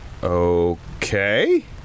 Okay